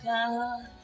God